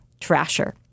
Trasher